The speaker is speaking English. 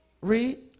Read